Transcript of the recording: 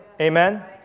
Amen